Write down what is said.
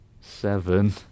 seven